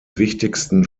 wichtigsten